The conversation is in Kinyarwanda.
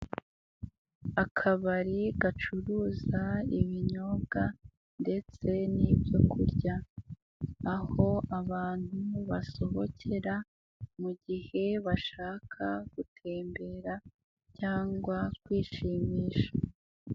Akabari gacuruza ibinyobwa ndetse n'ibyokurya, aho abantu basohokera mu gihe bashaka gutembera cyangwa kwishimisha.